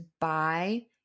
buy